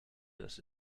does